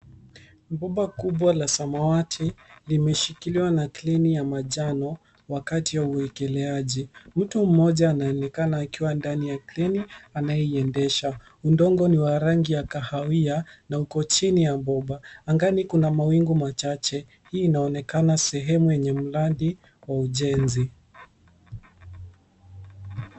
Mbomba kubwa la samawati limeshikiliwa na kreni ya manjano wakati wa uwekeleaji. Mtu mmoja anaonekana akiwa ndani ya kreni, anayeiendesha. Udongo ni wa rangi ya kahawia na uko chini ya bomba, angani kuna mawingu machache. Hii inaonekana sehemu yenye mradi wa ujenzi.